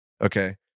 Okay